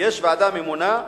יש ועדה ממונה,